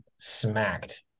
smacked